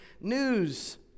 news